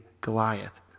Goliath